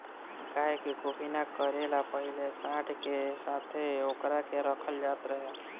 गाय के गोभिना करे ला पाहिले सांड के संघे ओकरा के रखल जात रहे